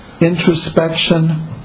introspection